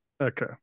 okay